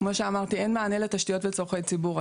כמו שאמרתי, אין מענה לתשתיות לצרכי ציבור.